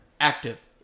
active